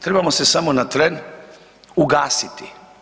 Trebamo se samo na tren ugasiti.